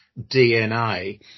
DNA